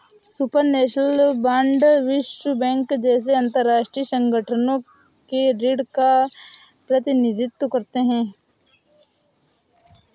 supranational bond विश्व bank जैसे अंतरराष्ट्रीय संगठनों के ऋण का प्रतिनिधित्व करते हैं